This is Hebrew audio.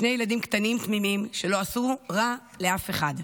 שני ילדים קטנים תמימים, שלא עשו רע לאף אחד.